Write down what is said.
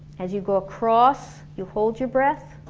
as you go across you hold your breath,